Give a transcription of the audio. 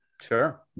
Sure